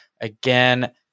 again